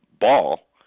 ball